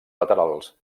laterals